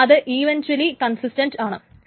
അത് eventually consistent ആണ്